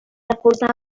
aportar